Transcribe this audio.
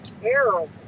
terrible